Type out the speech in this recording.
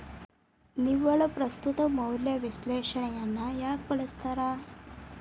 ನಿವ್ವಳ ಪ್ರಸ್ತುತ ಮೌಲ್ಯ ವಿಶ್ಲೇಷಣೆಯನ್ನ ಯಾಕ ಬಳಸ್ತಾರ